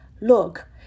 Look